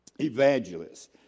evangelists